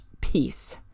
peace